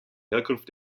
herkunft